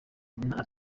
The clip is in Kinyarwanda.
nina